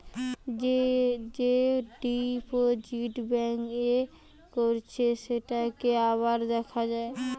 যে deposit bank এ করেছে সেটাকে আবার দেখা যায়